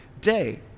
day